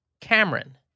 Cameron